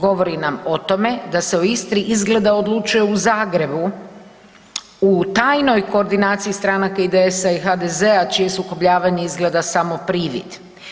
Govori nam o tome da se u Istri odlučuje u Zagrebu u tajnoj koordinaciji stranaka IDS-a i HDZ-a čije sukobljavanje izgleda samo privid.